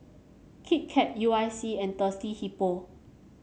Kit Kat U I C and Thirsty Hippo